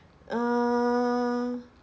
err